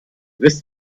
wisst